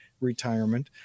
retirement